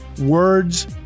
Words